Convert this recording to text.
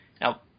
now